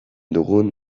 dugun